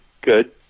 good